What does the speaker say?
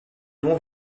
nom